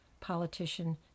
Politician